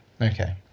Okay